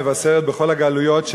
מבשרת בכל הגלויות,